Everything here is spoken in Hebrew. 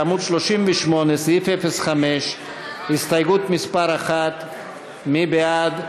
בעמוד 38, סעיף 05, הסתייגות מס' 1. מי בעד?